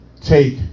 take